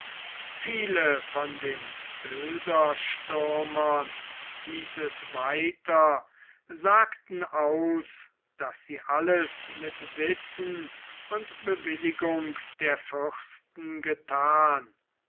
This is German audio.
viele von den bilderstürmern hieß es weiter sagten aus daß sie alles mit wissen und bewilligung der fürsten gethan